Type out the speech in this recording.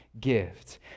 gift